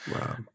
wow